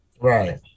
Right